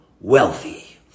wealthy